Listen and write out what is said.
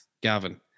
Gavin